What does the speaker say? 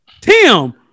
Tim